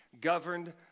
governed